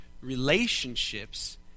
relationships